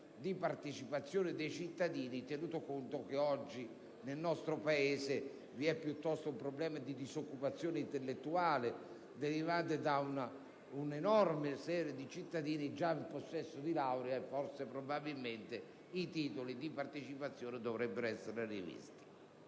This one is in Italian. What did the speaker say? di partecipazione dei cittadini, tenuto conto che oggi nel nostro Paese vi è piuttosto un problema di disoccupazione intellettuale derivante da un enorme numero di cittadini già in possesso di laurea. Probabilmente i titoli di partecipazione dovrebbero essere rivisti.